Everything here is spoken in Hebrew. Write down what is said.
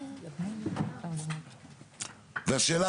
דקות, אבל לפני כן אני אשאל את השאלה